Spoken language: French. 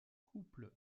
couples